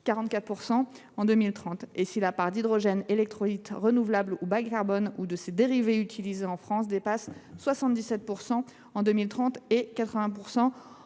44 % en 2030 – et si la part de l’hydrogène électrolyte renouvelable ou bas carbone ou de ses dérivés utilisés dépasse en France 77 % en 2030 et 80 %